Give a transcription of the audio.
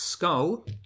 Skull